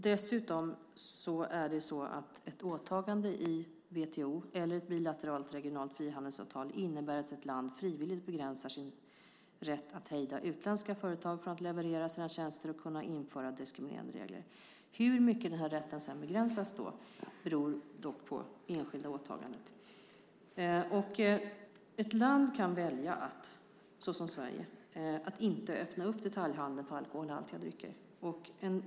Dessutom är det så att ett åtagande i WTO eller ett bilateralt, regionalt frihandelsavtal innebär att ett land frivilligt begränsar sin rätt att hejda utländska företag från att leverera sina tjänster och kunna införa diskriminerande regler. Hur mycket den här rätten sedan begränsas beror dock på det enskilda åtagandet. Ett land kan, som Sverige, välja att inte öppna upp detaljhandeln för alkoholhaltiga drycker.